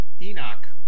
Enoch